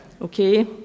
okay